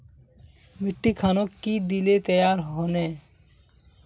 मिट्टी खानोक की दिले तैयार होने?